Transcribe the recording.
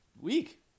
week